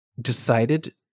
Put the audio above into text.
decided